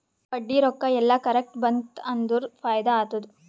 ಬಡ್ಡಿ ರೊಕ್ಕಾ ಎಲ್ಲಾ ಕರೆಕ್ಟ್ ಬಂತ್ ಅಂದುರ್ ಫೈದಾ ಆತ್ತುದ್